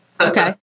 Okay